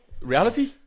Reality